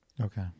Okay